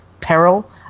peril